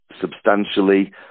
substantially